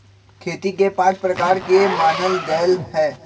खेती के पाँच प्रकार के मानल गैले है